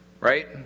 right